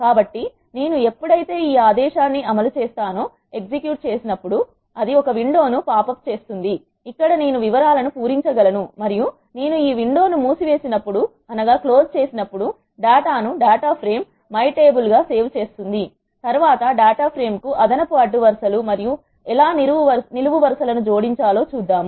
కాబట్టి నేను ఎప్పుడైతే ఈ ఆదేశాన్ని అమలు చేసినప్పుడు అది ఒక విండో ను పాప అప్ చేస్తుంది ఇక్కడ నేను వివరాలను పూరించ గలను మరియు నేను ఈ విండో ను మూసి వేసినప్పుడు డేటాను డేటా ప్రేమ్ my table గా సేవ్ చేస్తుంది తరువాత డేటా ప్రేమ్ కు అదనపు అడ్డు వరుస లు మరియు ఎలా నిలువు వరుస లను ఎలా జోడించాలి లో చూద్దాం